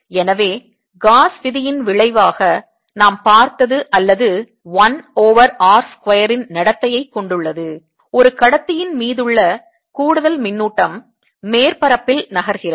எனவே காஸ் விதியின் விளைவாக நாம் பார்த்தது அல்லது 1 ஓவர் r ஸ்கொயர் இன் நடத்தையைக் கொண்டுள்ளது ஒரு கடத்தியின் மீதுள்ள கூடுதல் மின்னூட்டம் மேற்பரப்பில் நகர்கிறது